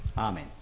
Amen